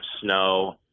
snow